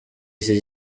iki